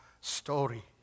story